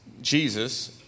Jesus